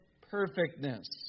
perfectness